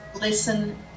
Listen